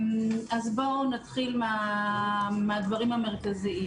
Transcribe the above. אז בואו נתחיל מהדברים המרכזיים: